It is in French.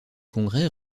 congrès